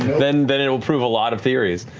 then then it'll prove a lot of theories.